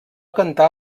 cantar